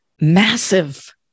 massive